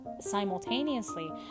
simultaneously